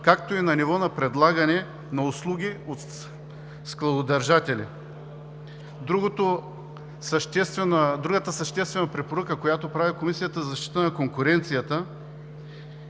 както и на нивото на предлагане на услуги от складодържатели. Другата съществена препоръка, която прави Комисията за защита на конкуренцията,